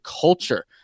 culture